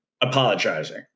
apologizing